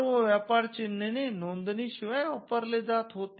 सर्व व्यापार चिन्हे नोंदणी शिवाय वापरले जात होते